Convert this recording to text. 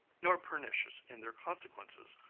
nor pernicious in their consequences,